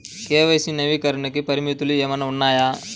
KYC నవీకరణకి పరిమితులు ఏమన్నా ఉన్నాయా?